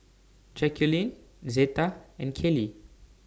Jacqulyn Zeta and Kaley